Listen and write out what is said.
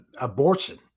abortion